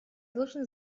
должны